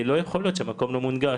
לא יכול להיות שהמקום לא מונגש.